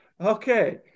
okay